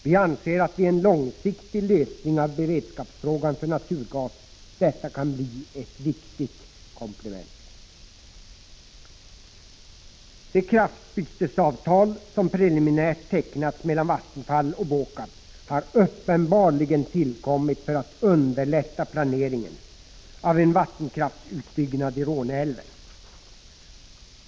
Vi anser att detta kan bli ett viktigt komplement vid en långsiktig lösning när det gäller frågan om beredskapslagring av naturgas. Det kraftbytesavtal som preliminärt tecknats mellan Vattenfall och BÅKAB har uppenbarligen tillkommit för att underlätta planeringen av en vattenkraftsutbyggnad i Råneälven.